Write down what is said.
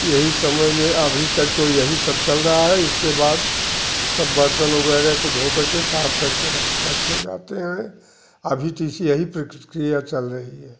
यही समय में अभी तक तो यही सब चल रहा है इसके बाद तब बर्तन वगैरह को धोकर के साफ़ करके रख रखें जाते हैं अभी तो इसी यही प्रतिक्रिया चल रही है